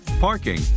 parking